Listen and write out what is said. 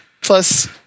Plus